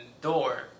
door